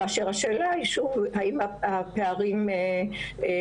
כאשר השאלה היא שוב האם הפערים מצטמצמים.